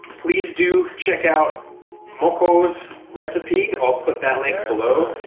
please do check out mokko's recipe. i'll put that link below.